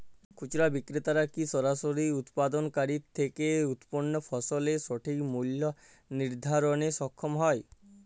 খুচরা বিক্রেতারা কী সরাসরি উৎপাদনকারী থেকে উৎপন্ন ফসলের সঠিক মূল্য নির্ধারণে সক্ষম হয়?